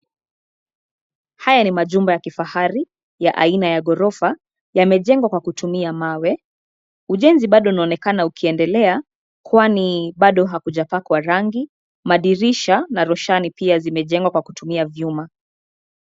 Haya ni majumba ya kifahari ya aina ya ghorofa, yamejengwa kwa kutumia mawe. Ujenzi bado unaonekana ukiendelea, kwani bado hakujapakwa rangi. Madirisha na roshani pia zimejengwa kwa kutumia vyuma.